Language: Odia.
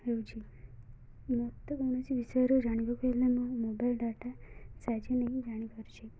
ହେଉଛି ମୋତେ କୌଣସି ବିଷୟରେ ଜାଣିବାକୁ ହେଲେ ମୁଁ ମୋବାଇଲ୍ ଡ଼ାଟା ସାହାଯ୍ୟ ନେଇ ଜାଣିପାରୁଛି